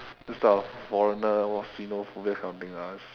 those type of foreigner what xenophobia kind of thing ah it's